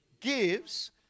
gives